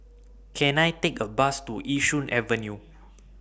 Can I Take A Bus to Yishun Avenue